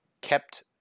kept